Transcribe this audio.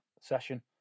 session